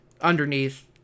underneath